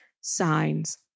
signs